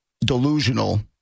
delusional